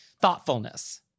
thoughtfulness